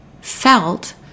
felt